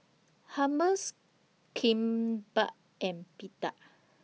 Hummus Kimbap and Pita